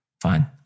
Fine